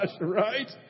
right